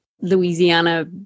Louisiana